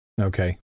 Okay